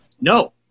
no